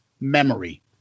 memory